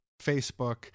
Facebook